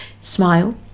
smile